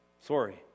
sorry